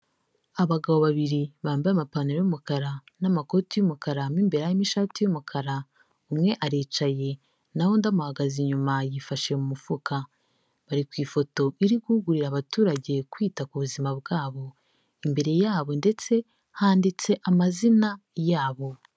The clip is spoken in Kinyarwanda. Abagabo babiri bambaye amapantaro y'umukara n'amakoti y'umukara, mo imbere harimo ishati y'umukara, umwe aricaye naho undi amuhagaze inyuma yifashe mu mufuka bari ku ifoto iri guhugurira abaturage kwita ku buzima bwabo imbere, yabo ndetse handitse amazina yabo.